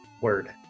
word